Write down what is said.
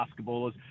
basketballers